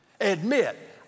Admit